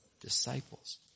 disciples